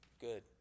good